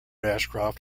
ashcroft